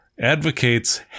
advocates